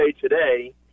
Today